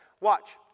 Watch